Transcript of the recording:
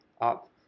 up